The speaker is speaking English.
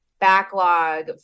backlog